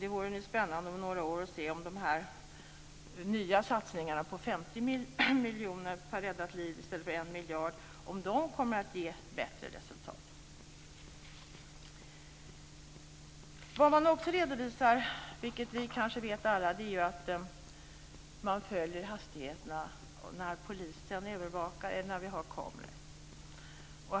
Det blir spännande att om några år se om de här nya satsningarna på 50 miljoner per räddat liv i stället för 1 miljard kommer att ge bättre resultat. Det redovisas också, vilket vi kanske alla vet, att man följer hastighetsbestämmelserna när polisen övervakar eller när det finns kameror.